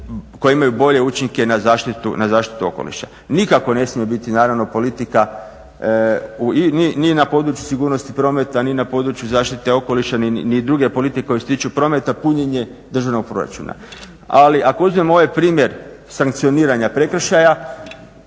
koja imaju bolje učinke na zaštitu okoliša. Nikako ne smije biti naravno politika ni na području sigurnosti prometa ni na području zaštite okoliša ni druge politike koje se tiču prometa punjenje državnog proračuna. Ali ako uzmemo ovaj primjer sankcioniranja prekršaja,